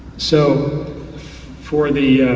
so for the